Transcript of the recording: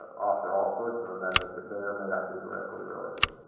offer all sorts of amendments that may or may not be directly related.